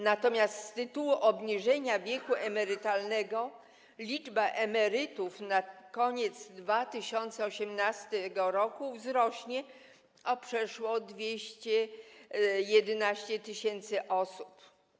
Natomiast z tytułu obniżenia wieku emerytalnego liczba emerytów na koniec 2018 r. wzrośnie o przeszło 211 tys. osób.